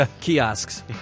Kiosks